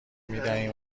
میدهیم